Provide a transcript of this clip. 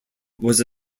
was